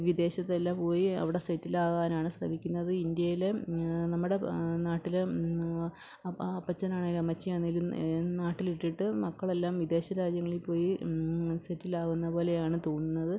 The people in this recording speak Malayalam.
വിദേശത്തെല്ലാം പോയി അവിടെ സെറ്റിലാകാനാണ് ശ്രമിക്കുന്നത് ഇന്ത്യയിലെ നമ്മുടെ നാട്ടിലെ ആ അപ്പച്ചനാണെങ്കിലും അമ്മച്ചിയാണെങ്കിലും നാട്ടിലിട്ടിട്ട് മക്കളെല്ലാം വിദേശരാജ്യങ്ങളിൽ പോയി സെറ്റിലാകുന്നതു പോലെയാണ് തോന്നുന്നത്